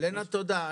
לנה, תודה.